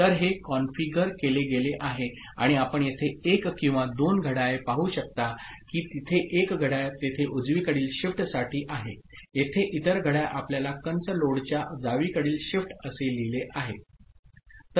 तर हे कॉन्फिगर केले गेले आहे आणि आपण येथे एक किंवा दोन घड्याळे पाहू शकता की तिथे एक घड्याळ तेथे उजवीकडील शिफ्टसाठी आहे येथे इतर घड्याळ आपल्याला कंस लोडच्या डावीकडील शिफ्ट असे लिहिले आहे